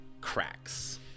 cracks